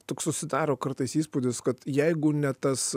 toks susidaro kartais įspūdis kad jeigu ne tas